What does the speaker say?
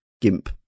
Gimp